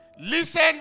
listen